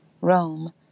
Rome